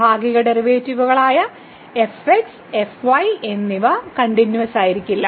ഭാഗിക ഡെറിവേറ്റീവുകളായ fx fy എന്നിവ കണ്ടിന്യൂവസ്സായിരിക്കില്ല